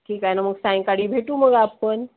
ठीक आहे नं मग सायंकाळी भेटू मग आपण